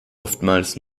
oftmals